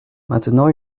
maintenant